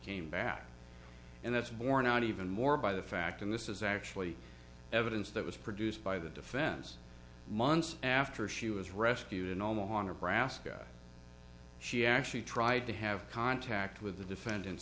came back and that's borne out even more by the fact and this is actually evidence that was produced by the defense months after she was rescued in omaha nebraska she actually tried to have contact with the defendant